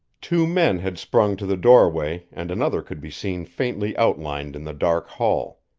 two men had sprung to the doorway, and another could be seen faintly outlined in the dark hall.